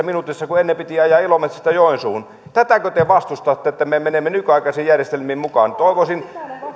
minuutissa kun ennen piti ajaa ilomantsista joensuuhun tätäkö te vastustatte että me menemme nykyaikaisiin järjestelmiin mukaan toivoisin että